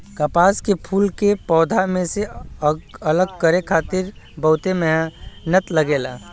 कपास के फूल के पौधा में से अलग करे खातिर बहुते मेहनत लगेला